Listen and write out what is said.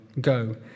go